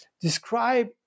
describe